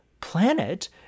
planet